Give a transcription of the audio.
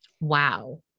Wow